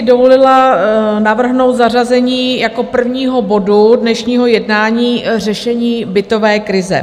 Dovolila bych si navrhnout zařazení jako prvního bodu dnešního jednání řešení bytové krize.